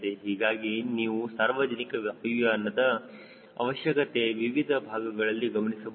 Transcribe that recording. ಹೀಗಾಗಿ ನೀವು ಸಾರ್ವಜನಿಕ ವಾಯುಯಾನದ ಅವಶ್ಯಕತೆಯಲ್ಲಿ ವಿವಿಧ ಭಾಗಗಳನ್ನು ಗಮನಿಸಬಹುದು